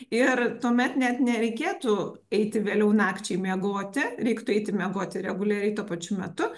ir tuomet net nereikėtų eiti vėliau nakčiai miegoti reiktų eiti miegoti reguliariai tuo pačiu metu